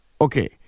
Okay